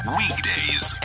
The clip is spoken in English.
weekdays